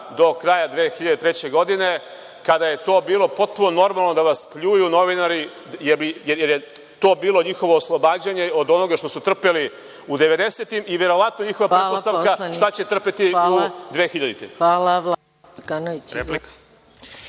do kraja 2003. godine, kada je bilo potpuno normalno da vas pljuju novinari, jer je to bilo njihovo oslobađanje od onoga što su trpeli 90-ih i verovatno njihova pretpostavka šta će trpeti u